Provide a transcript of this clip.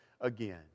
again